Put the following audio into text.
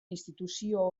instituzio